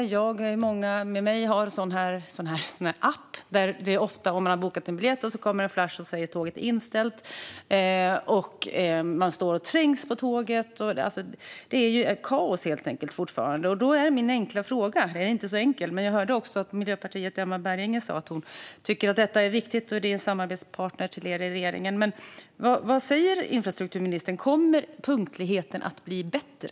Jag och många med mig har en sådan här app där det ofta kommer en flash när man har bokat biljett som säger att tåget är inställt. Man står och trängs på tåget. Det är fortfarande kaos, helt enkelt. Då är min enkla fråga - ja, den är kanske inte så enkel, men jag hörde Emma Berginger från Miljöpartiet säga att också hon tycker att detta är viktigt och det är ju er samarbetspartner i regeringen: Vad säger infrastrukturministern? Kommer punktligheten att bli bättre?